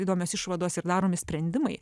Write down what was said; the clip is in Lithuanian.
įdomios išvados ir daromi sprendimai